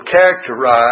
characterize